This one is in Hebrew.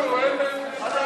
נורית, תני לי